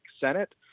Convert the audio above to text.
Senate